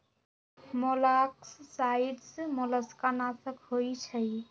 मोलॉक्साइड्स मोलस्का नाशक होइ छइ